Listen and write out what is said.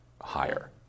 higher